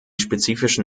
spezifischen